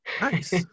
Nice